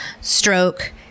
stroke